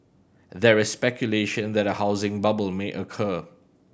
there is speculation that a housing bubble may occur